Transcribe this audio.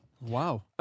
Wow